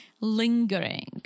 lingering